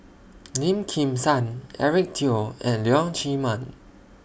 Lim Kim San Eric Teo and Leong Chee Mun